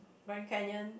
Grand Canyon